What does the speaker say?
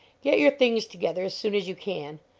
get your things together as soon as you can.